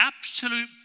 absolute